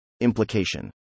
Implication